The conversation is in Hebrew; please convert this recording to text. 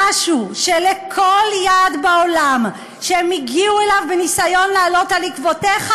חשו שלכל יעד בעולם שהם הגיעו אליו בניסיון לעלות על עקבותיך,